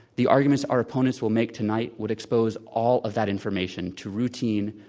the arguments our opponents will make tonight would expose all of that information to routine,